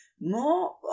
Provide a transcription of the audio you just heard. more